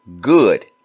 good